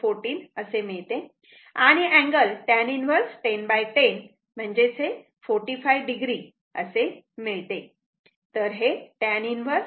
14 असे मिळते आणि अँगल म्हणजे tan 1 1010 45o असे मिळते